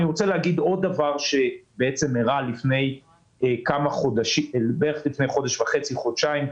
אני רוצה להגיד עוד דבר שאירע לפני חודש וחצי או חודשיים.